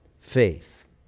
faith